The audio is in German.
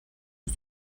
ist